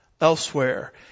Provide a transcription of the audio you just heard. Elsewhere